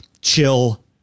chill